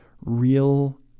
real